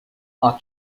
are